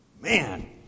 Man